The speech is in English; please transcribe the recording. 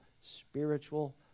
spiritual